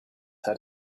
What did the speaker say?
had